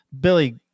Billy